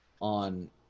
on